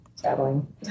traveling